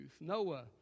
Noah